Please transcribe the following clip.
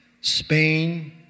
Spain